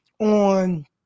on